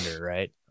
right